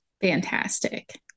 Fantastic